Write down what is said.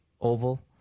oval